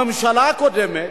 הממשלה הקודמת,